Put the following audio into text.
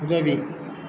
உதவி